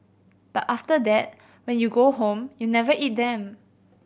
but after that when you go home you never eat them